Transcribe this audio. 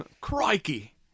Crikey